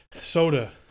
soda